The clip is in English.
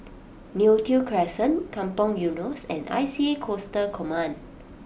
Neo Tiew Crescent Kampong Eunos and I C A Coastal Command